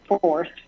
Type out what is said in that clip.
fourth